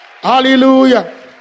Hallelujah